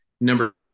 Number